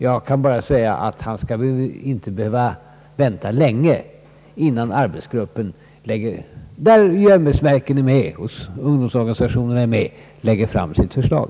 Jag kan bara säga att han inte skall behöva vänta länge innan arbetsgruppen, där ämbetsverket och ungdomsorganisationerna är företrädda, lägger fram sitt förslag.